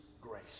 grace